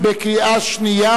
לקריאה שנייה.